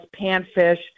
panfish